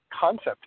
concept